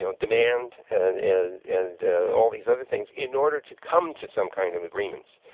you know demand and and and all these other things in order to come to some kind of agreements.